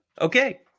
Okay